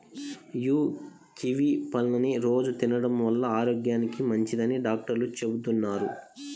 యీ కివీ పళ్ళని రోజూ తినడం వల్ల ఆరోగ్యానికి మంచిదని డాక్టర్లు చెబుతున్నారు